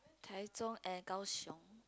Taichung and Kaohsiung